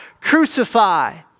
crucify